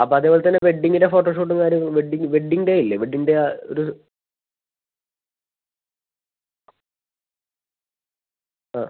അപ്പം അതേപോലെ തന്നെ വെഡ്ഡിങ്ങിൻ്റെ ഫോട്ടോഷൂട്ടും കാര്യങ്ങളും വെഡ്ഡിങ്ങ് വെഡ്ഡിങ്ങ് ഡേയില്ലേ വെഡ്ഡിങ്ങ് ഡേ ആ ഒരു ആ